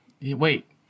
Wait